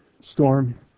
storm